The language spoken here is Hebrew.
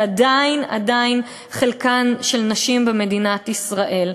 זה עדיין, עדיין, חלקן של הנשים במדינת ישראל.